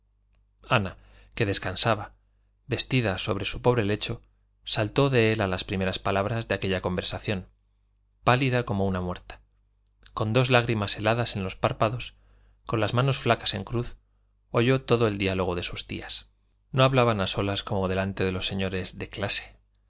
ana que descansaba vestida sobre su pobre lecho saltó de él a las primeras palabras de aquella conversación pálida como una muerta con dos lágrimas heladas en los párpados con las manos flacas en cruz oyó todo el diálogo de sus tías no hablaban a solas como delante de los señores de clase